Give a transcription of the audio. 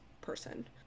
person